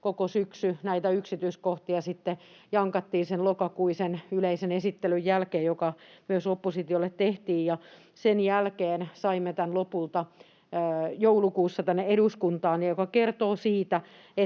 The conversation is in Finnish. koko syksy näitä yksityiskohtia sitten jankattiin sen lokakuisen yleisen esittelyn jälkeen, joka myös oppositiolle tehtiin. Sen jälkeen saimme tämän lopulta joulukuussa tänne eduskuntaan, mikä kertoo siitä,